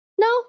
No